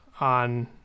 on